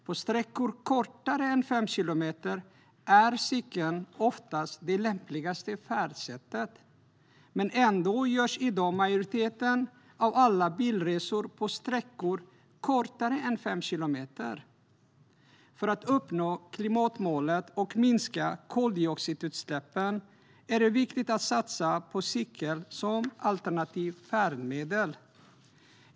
På sträckor kortare än fem kilometer är cykeln ofta det lämpligaste färdsättet. Ändå görs i dag majoriteten av alla bilresor på sträckor som är kortare än fem kilometer. För att uppnå klimatmålet och minska koldioxidutsläppen är det viktigt att satsa på cykel som alternativt färdmedel.